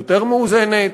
יותר מאוזנת,